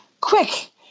quick